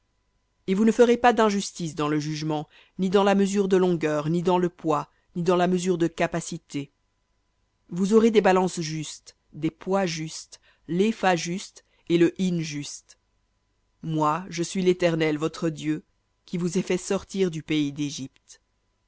et vous ne ferez pas d'injustice dans le jugement ni dans la mesure de longueur ni dans le poids ni dans la mesure de capacité vous aurez des balances justes des poids justes l'épha juste et le hin juste moi je suis l'éternel votre dieu qui vous ai fait sortir du pays d'égypte